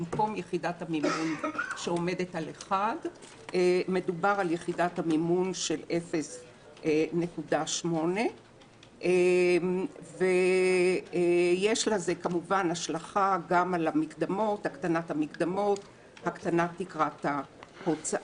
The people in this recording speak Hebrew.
במקום יחידת מימון שעומדת על 1 מדובר על יחידת מימון של 0.8. יש לזה כמובן השלכה גם על הקטנת המקדמות והקטנת תקרת ההוצאות.